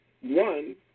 One